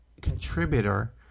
contributor